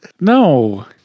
No